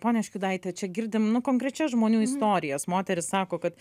ponia škiudaite čia girdim nu konkrečias žmonių istorijas moteris sako kad